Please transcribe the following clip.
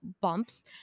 bumps